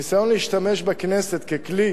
הניסיון להשתמש בכנסת ככלי